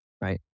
right